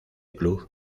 club